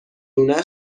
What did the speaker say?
لونه